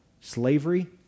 slavery